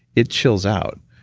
it chills out,